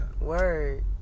Word